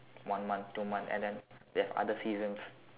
one month two month and then there's other seasons